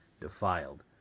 defiled